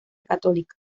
católica